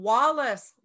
Wallace